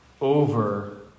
over